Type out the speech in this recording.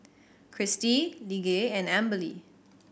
Kristi Lige and Amberly